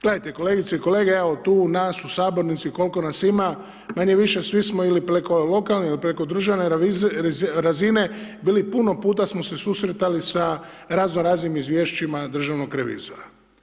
Gledajte kolegice i kolege, evo, tu nas u Sabornici, koliko nas ima, manje-više svi smo ili preko lokalne ili preko državne razine bili puno puta smo se susretali sa razno raznim izvješćima Državnog revizora.